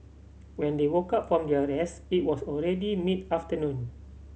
when they woke up from their rest it was already mid afternoon